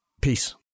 Peace